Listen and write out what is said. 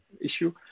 issue